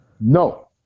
No